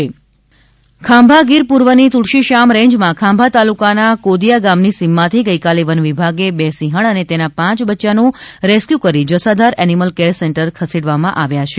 અમરેલી સિંહ રેસ્ક્યુ ખાંભા ગીર પૂર્વની તુલશીશ્યામ રેન્જમાં ખાંભા તાલુકાના કોદીયા ગામની સીમમાંથી ગઇકાલે વન વિભાગે બે સિંહણ અને તેના પાંચ બચ્યાનું રેસ્ક્યુ કરી જસાધાર એનીમલ કેર સેન્ટરમાં ખસેડયા છે